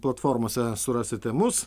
platformose surasite mus